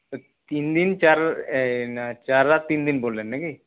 তিন দিন চার এই না চার রাত তিন দিন বললেন নাকি